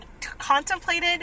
contemplated